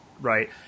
right